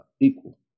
equal